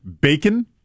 bacon